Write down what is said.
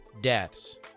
deaths